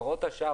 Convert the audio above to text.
בהוראות השעה,